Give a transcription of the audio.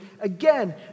again